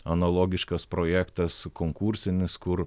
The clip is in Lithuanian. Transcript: analogiškas projektas konkursinis kur